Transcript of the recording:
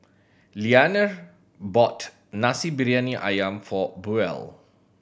Leaner bought Nasi Briyani Ayam for Buell